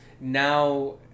now